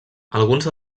alguns